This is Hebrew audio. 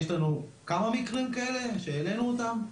יש לנו כמה מקרים כאלה שהעלינו אותם.